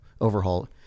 overhaul